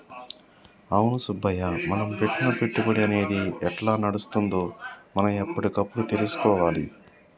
అవును సుబ్బయ్య మనం పెట్టిన పెట్టుబడి అనేది ఎట్లా నడుస్తుందో మనం ఎప్పటికప్పుడు తెలుసుకోవాలి